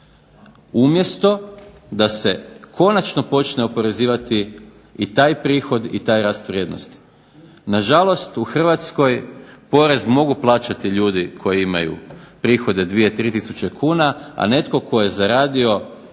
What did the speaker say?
Umjesto da se konačno počne oporezivati i taj prihod i taj rast vrijednosti. Na žalost u Hrvatskoj porez mogu plaćati ljudi koji imaju prihode 2, 3 tisuće kuna, a netko tko je zaradio